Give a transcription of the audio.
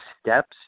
steps